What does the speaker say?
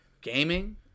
Gaming